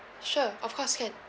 sure of course can